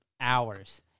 hours